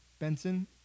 Benson